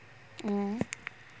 mmhmm